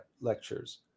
lectures